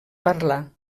parlar